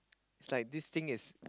is like this thing is